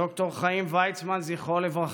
ד"ר חיים ויצמן, זכרו לברכה,